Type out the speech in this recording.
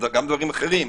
גם דברים אחרים,